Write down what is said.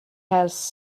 has